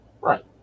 Right